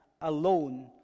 alone